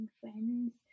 friends